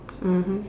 mmhmm